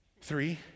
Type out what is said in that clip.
Three